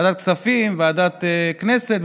ועדת הכספים, ועדת הכנסת.